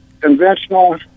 conventional